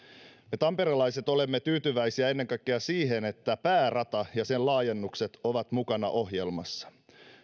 me tamperelaiset olemme tyytyväisiä ennen kaikkea siihen että päärata ja sen laajennukset ovat mukana ohjelmassa